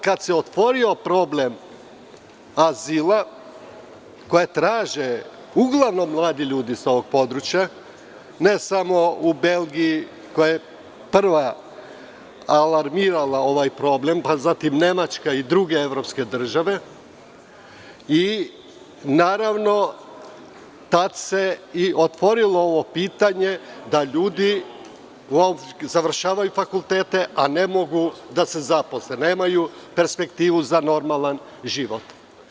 Kada se otvorio problem azila, koji traže mladi ljudi sa ovog područja, ne samo u Belgiji, koja je prva alarmirala ovaj problem, pa zatim Nemačka i druge evropske države, tad se i otvorilo ovo pitanje da ljudi završavaju fakultete, a ne mogu da se zaposle nemaju perspektivu za normalan život.